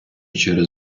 через